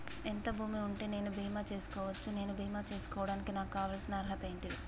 ఎంత భూమి ఉంటే నేను బీమా చేసుకోవచ్చు? నేను బీమా చేసుకోవడానికి నాకు కావాల్సిన అర్హత ఏంటిది?